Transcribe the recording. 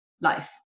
life